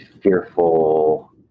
fearful